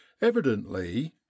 Evidently